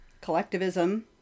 collectivism